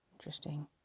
Interesting